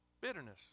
bitterness